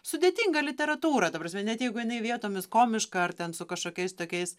sudėtinga literatūra ta prasme net jeigu jinai vietomis komiška ar ten su kažkokiais tokiais